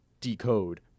decode